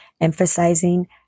Emphasizing